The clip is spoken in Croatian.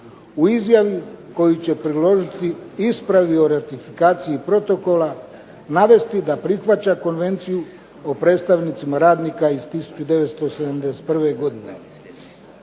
u izjavi koju će priložiti ispravi o ratifikaciji protokola navesti da prihvaća konvenciju o predstavnicima radnika iz 1971. godine.